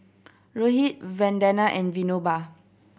Rohit Vandana and Vinoba